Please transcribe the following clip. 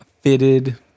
fitted